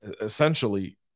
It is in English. Essentially